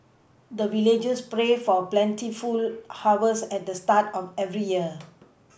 the villagers pray for plentiful harvest at the start of every year